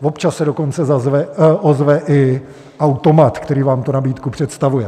Občas se dokonce ozve i automat, který vám tu nabídku představuje.